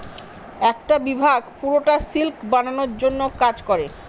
একটা বিভাগ পুরোটা সিল্ক বানানোর জন্য কাজ করে